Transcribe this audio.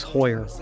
Hoyer